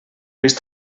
vist